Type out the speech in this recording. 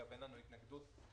נעים מאוד.